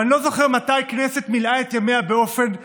ואני לא זוכר מתי הכנסת מילאה את ימיה באופן מלא.